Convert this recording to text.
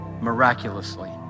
miraculously